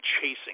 chasing